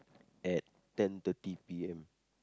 at ten thirty p_m